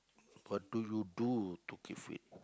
what do you do to keep fit